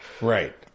Right